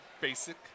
basic